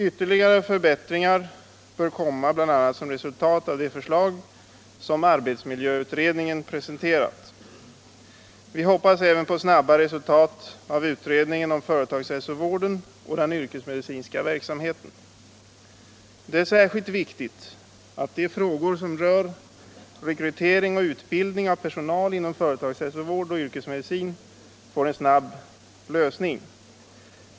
Ytterligare förbättringar bör komma bl.a. som resultat av de förslag som arbetsmiljöutredningen presenterat. Vi hoppas även på snabba resultat av utredningen av företagshälsovården och den yrkesmedicinska verksamheten. Det är särskilt viktigt att de frågor som rör rekrytering och utbildning av personal inom företagshälsovården och yrkesmedicin får en snabb lösning.